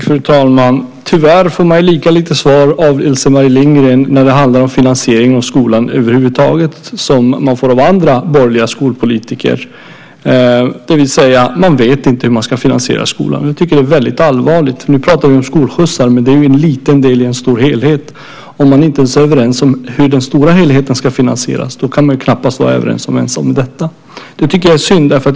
Fru talman! Tyvärr får jag lika lite svar av Else-Marie Lindgren när det handlar om finansieringen av skolan över huvud taget som jag får av andra borgerliga skolpolitiker, det vill säga att man inte vet hur man ska finansiera skolan. Det tycker jag är väldigt allvarligt. Nu pratar vi om skolskjutsar, men det är ju en liten del i en stor helhet. Om man inte ens är överens om hur den stora helheten ska finansieras, kan man knappast vara överens om ens detta. Det tycker jag är synd.